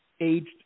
aged